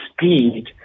speed